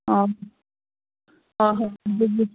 ꯑꯥꯥ ꯑꯥ ꯍꯣꯏ ꯑꯗꯨꯕꯨꯗꯤ